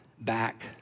back